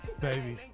baby